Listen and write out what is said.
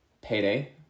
payday